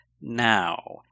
Now